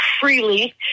freely